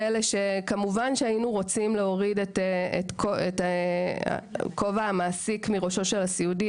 כמובן שהיינו רוצים להוריד את כובע המעסיק מראשו של הסיעודי,